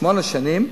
שמונה שנים,